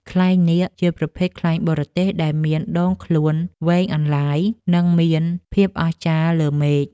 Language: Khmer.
ខ្លែងនាគ ជាប្រភេទខ្លែងបរទេស ដែលមានដងខ្លួនវែងអន្លាយ និងមានភាពអស្ចារ្យលើមេឃ។